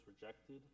rejected